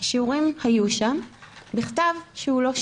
שיעורים היו שם, בכתב שהוא לא שלה.